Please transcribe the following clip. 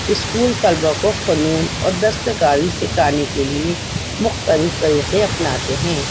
school طلبا کو فنون اور دستکاری سکھانے کے لیے مختلف طریقے اپناتے ہیں